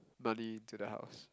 money into the house